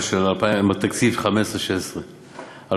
של תקציב 2015 2016. זה לא מה שענית לי.